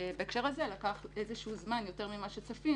ובהקשר הזה לקח יותר זמן ממה שצפינו,